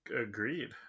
Agreed